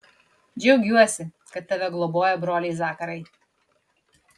džiaugiuosi kad tave globoja broliai zakarai